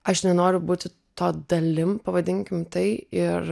aš nenoriu būti to dalim pavadinkim tai ir